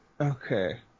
Okay